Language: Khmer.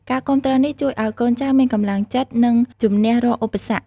ការគាំទ្រនេះជួយឲ្យកូនចៅមានកម្លាំងចិត្ត និងជំនះរាល់ឧបសគ្គ។